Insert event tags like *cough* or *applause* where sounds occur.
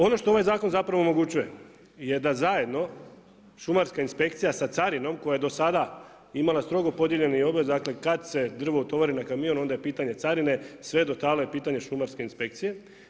Ovo što ovaj zakon zapravo omogućuje, je da zajedno šumarska inspekcija, sa carinom, koja je do sada imala strogo podijeljeni … *unintelligible* dakle, kad se drvo utovari na kamion, onda je pitanje carine, sve … *unintelligible* je pitanje šumarske inspekcije.